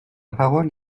parole